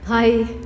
Hi